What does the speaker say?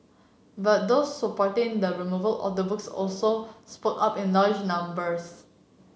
but those supporting the removal of the books also spoke up in large numbers